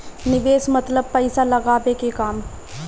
निवेस मतलब पइसा लगावे के काम